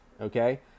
okay